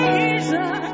Jesus